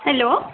hello